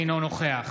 אינו נוכח